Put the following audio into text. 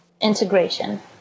integration